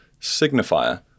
signifier